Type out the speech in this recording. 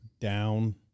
down